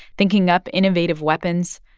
thinking up innovative weapons.